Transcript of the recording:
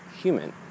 human